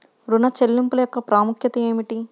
ఋణ చెల్లింపుల యొక్క ప్రాముఖ్యత ఏమిటీ?